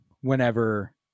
whenever